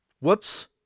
Whoops